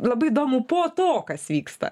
labai įdomu po to kas vyksta